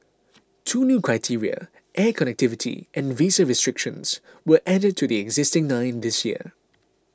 two new criteria air connectivity and visa restrictions were added to the existing nine this year